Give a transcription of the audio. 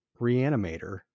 Reanimator